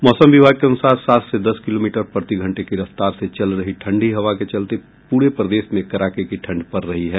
मौसम विभाग के अनुसार सात से दस किलोमीटर प्रतिघंटे की रफ्तार से चल रही ठंडी हवा के चलते पूरे प्रदेश में कड़ाके की ठंड पड़ रही है